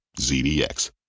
ZDX